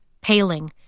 paling